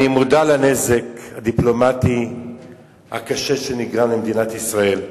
אני מודע לנזק הדיפלומטי הקשה שנגרם למדינת ישראל,